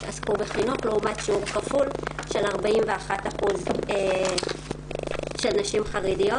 עסקו בחינוך לעומת שיעור כפול של 41% של נשים חרדיות.